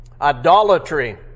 idolatry